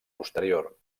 posterior